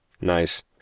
nice